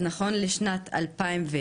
אז נכון לשנת 2020,